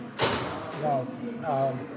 No